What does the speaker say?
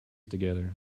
together